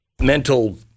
mental